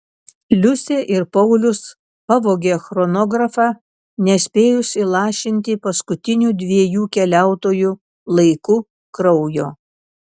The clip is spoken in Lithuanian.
liusė ir paulius pavogė chronografą nespėjus įlašinti paskutinių dviejų keliautojų laiku kraujo